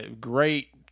great